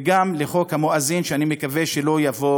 וגם לחוק המואזין, שאני מקווה שלא יבוא